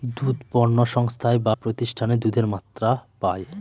দুধ পণ্য সংস্থায় বা প্রতিষ্ঠানে দুধের মাত্রা পায়